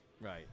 right